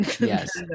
yes